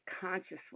consciously